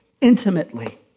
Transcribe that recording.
intimately